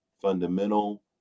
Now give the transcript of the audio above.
fundamental